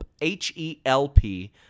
H-E-L-P